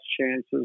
chances